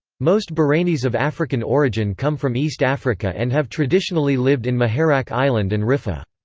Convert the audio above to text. most bahrainis of african origin come from east africa and have traditionally lived in muharraq island and riffa.